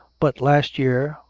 but last year,